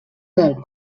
del